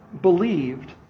believed